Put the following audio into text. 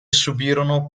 subirono